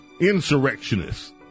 insurrectionists